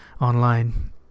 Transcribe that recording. online